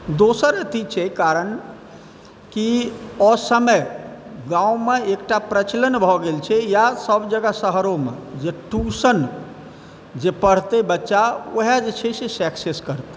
दोसर अथी छै कारण कि असमय गाँवमे एकटा प्रचलन भऽ गेल छै या सब जगह शहरोमे जे ट्यूशन जे पढ़तै बच्चा वएह जे छै से सक्सेस करतै